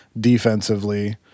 defensively